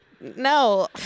No